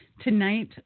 Tonight